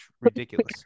ridiculous